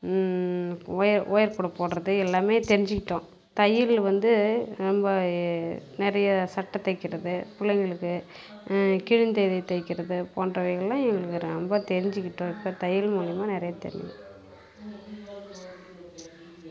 wire wire கூடைப் போடுறது எல்லாமே தெரிஞ்சுக்கிட்டோம் தையல் வந்து நிறைய சட்டை தைக்கிறது பிள்ளைங்களுக்குக் கிழிந்ததைத் தைக்கிறது போன்றவைகளை இதில் ரொம்ப தெரிஞ்சுக்கிட்டோம் இப்போ தையல் மூலிமா நிறைய தெரி